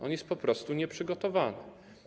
On jest po prostu nieprzygotowany.